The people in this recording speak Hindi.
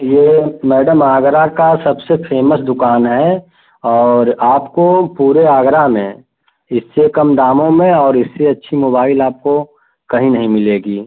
ये मैडम आगरा का सबसे फेमस दुकान है और आपको पूरे आगरा में इससे कम दामों में और इससे अच्छी मोबाइल आपको कहीं नहीं मिलेगी